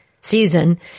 season